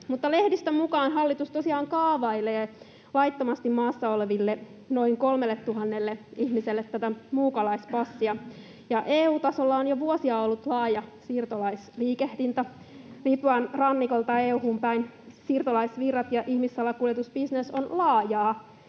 Mutta lehdistön mukaan hallitus tosiaan kaavailee laittomasti maassa oleville noin 3 000 ihmiselle tätä muukalaispassia. EU-tasolla on jo vuosia ollut laaja siirtolaisliikehdintä. Libyan rannikolta EU:hun päin siirtolaisvirrat ja ihmissalakuljetusbisnes ovat laajoja.